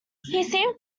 seemed